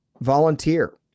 volunteer